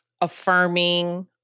affirming